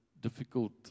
difficult